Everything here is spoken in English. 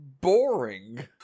boring